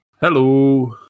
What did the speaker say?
Hello